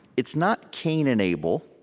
it's not cain and abel,